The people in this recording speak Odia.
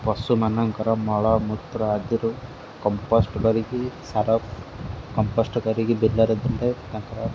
ପଶୁମାନଙ୍କର ମଳମୂତ୍ର ଆଦିରୁ କମ୍ପୋଷ୍ଟ କରିକି ସାର କମ୍ପୋଷ୍ଟ କରିକି ବିଲରେ ଦେଲେ ତାଙ୍କର